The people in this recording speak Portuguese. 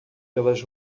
pelas